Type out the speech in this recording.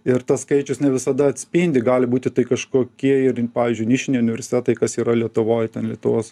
ir tas skaičius ne visada atspindi gali būti tai kažkokie ir pavyzdžiui nišiniai universitetai kas yra lietuvoj ten lietuvos